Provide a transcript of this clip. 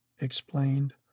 explained